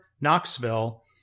Knoxville